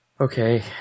Okay